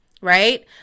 right